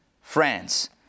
France